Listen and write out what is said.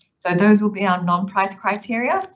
so those will be our non price criteria.